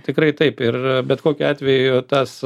tikrai taip ir bet kokiu atveju tas